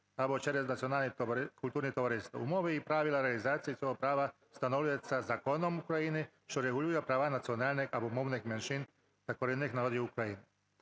або через національні культурні товариства. Умови і правила реалізації цього права встановлюються законом України що регулює права національних або мовних меншин та корінних народів України".